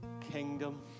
kingdom